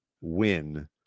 win